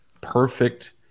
perfect